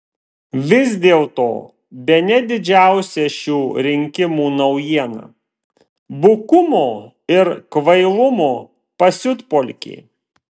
vis dėlto bene didžiausia šių rinkimų naujiena bukumo ir kvailumo pasiutpolkė